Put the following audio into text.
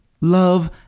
love